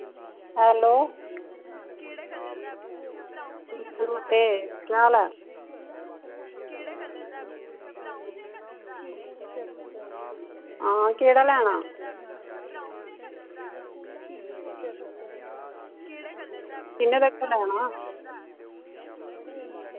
hello नमस्ते कोह् हाल ऐ हां केह्ड़ा लैना किन्ने तगर लैना